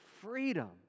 freedom